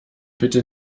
bitte